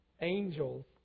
angels